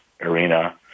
arena